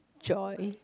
joy